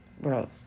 Bro